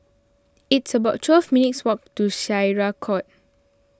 it's about twelve minutes' walk to Syariah Court